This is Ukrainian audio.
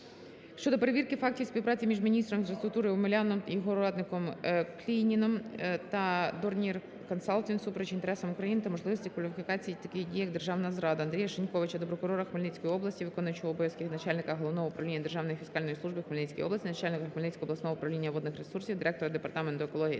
щодо перевірки фактів співпраці між міністром інфраструктури України Омеляном В.В. і його радником Клініном О.П. та Dornier Consulting всупереч інтересам України та можливості кваліфікації таких дій як - державна зрада. Андрія Шиньковича до прокурора Хмельницької області, виконуючого обов'язки начальника головного управління Державної фіскальної служби у Хмельницькій області, начальника Хмельницького обласного управління водних ресурсів, директора Департаменту екології